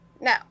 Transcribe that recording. No